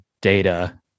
data